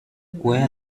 where